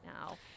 now